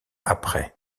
après